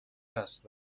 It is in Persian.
هست